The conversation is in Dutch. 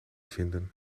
vinden